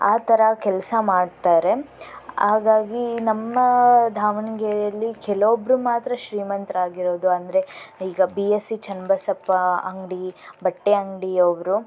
ಆ ಥರ ಕೆಲಸ ಮಾಡ್ತಾರೆ ಹಾಗಾಗಿ ನಮ್ಮ ದಾವಣಗೆರೆಯಲ್ಲಿ ಕೆಲವೊಬ್ಬರು ಮಾತ್ರ ಶ್ರೀಮಂತರಾಗಿರೋದು ಅಂದರೆ ಬಿ ಎಸ್ ಇ ಚನ್ನಬಸಪ್ಪ ಅಂಗಡಿ ಬಟ್ಟೆ ಅಂಗಡಿ ಅವರು